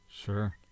Sure